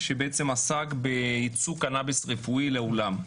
שעסק ביצוא קנאביס רפואי לעולם.